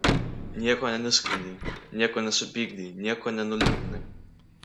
nieko nenuskriaudei nieko nesupykdei nieko nenuliūdinai